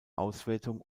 auswertung